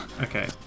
Okay